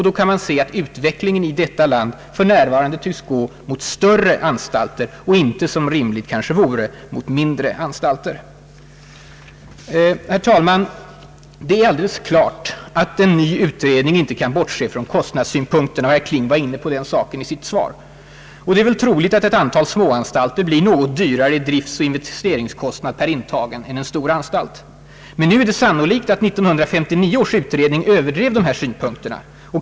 Då finner vi att utvecklingen i vårt land för närvarande tycks gå mot större anstalter och inte, som kanske och troligen vore rimligt, mot mindre anstalter. Det är alldeles klart att en ny utredning inte kan bortse från kostnadssynpunkterna, och herr Kling var inne på den saken i sitt svar. Det är väl sannolikt att ett antal småanstalter blir något dyrare i driftoch investeringskostnad per intagen än en stor anstalt. Nu är det troligt att 1959 års utredning överdrev de synpunkterna.